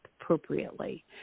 appropriately